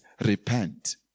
Repent